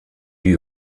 eût